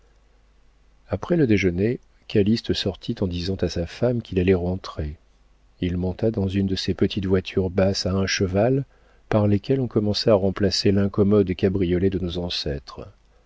après le déjeuner calyste sortit en disant à sa femme qu'il allait rentrer il monta dans une de ces petites voitures basses à un cheval par lesquelles on commençait à remplacer l'incommode cabriolet de nos ancêtres